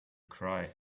cry